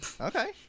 Okay